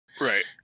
Right